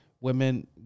women